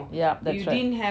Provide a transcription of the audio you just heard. yep that's right